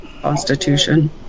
constitution